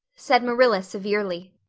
said marilla severely.